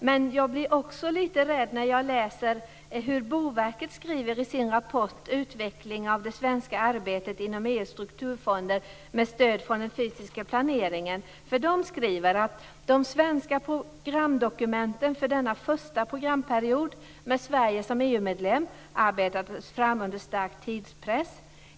Men jag blir lite rädd när jag läser vad Boverket skriver i sin rapport Utveckling av det svenska arbetet inom EU:s strukturfonder med stöd från den fysiska planeringen: "De svenska programdokumenten för denna första programperiod med Sverige som EU-medlem arbetades fram under stark tidspress.